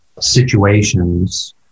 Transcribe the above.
situations